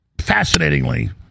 fascinatingly